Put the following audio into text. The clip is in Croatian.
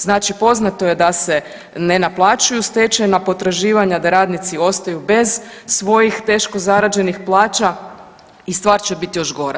Znači poznato je da se ne naplaćuju stečajna potraživanja, da radnici ostaju bez svojih teško zarađenih plaća i stvar će biti još gora.